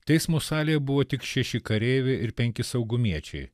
teismo salėje buvo tik šeši kareiviai ir penki saugumiečiai